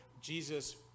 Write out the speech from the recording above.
Jesus